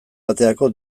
baterako